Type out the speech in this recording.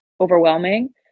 overwhelming